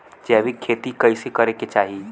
जैविक खेती कइसे करे के चाही?